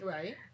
Right